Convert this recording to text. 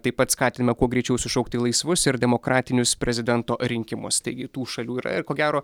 taip pat skatina kuo greičiau sušaukti laisvus ir demokratinius prezidento rinkimus taigi tų šalių yra ir ko gero